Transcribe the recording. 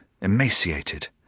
emaciated